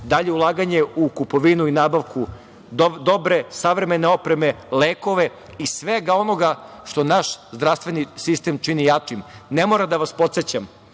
dalje ulaganje u kupovinu i nabavku dobre savremene opreme, lekova i svega onoga što naš zdravstveni sistem čini jačim. Ne moram da vas podsećam,